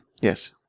Yes